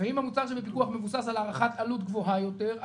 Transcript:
ואם המוצר שבפיקוח מבוסס על הערכת עלות גבוהה יותר,